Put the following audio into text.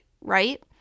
right